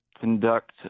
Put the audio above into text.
conduct